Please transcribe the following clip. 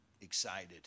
excited